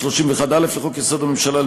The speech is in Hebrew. בהתאם לסעיף 31(א) לחוק-יסוד: הממשלה,